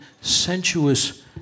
sensuous